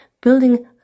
building